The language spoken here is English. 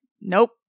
Nope